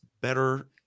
better